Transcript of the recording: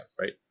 right